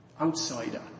outsider